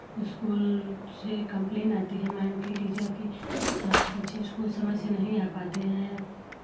school से complain आती है मैम की टीचर की कि आपके बच्चे समय से इस्कूल नहीं आ पाते हैं